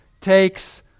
takes